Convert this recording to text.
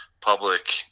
Public